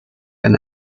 and